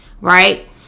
right